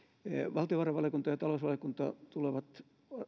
valtiovarainvaliokunta ja talousvaliokunta tulevat